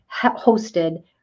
hosted